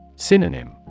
Synonym